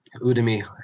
Udemy